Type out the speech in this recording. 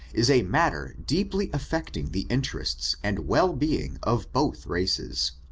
is a matter deeply affecting the interests and well-being of both races.